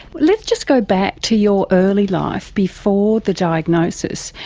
let's just go back to your early life, before the diagnosis.